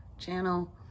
Channel